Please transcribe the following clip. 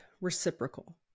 reciprocal